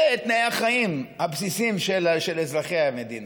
לא על תנאי החיים הבסיסיים של אזרחי המדינה,